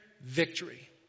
victory